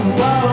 whoa